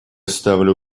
ставлю